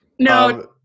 No